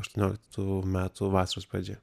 aštuonioliktų metų vasaros pradžia